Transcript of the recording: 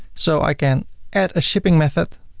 so i can add a shipping method,